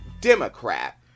Democrat